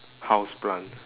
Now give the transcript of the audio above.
house plant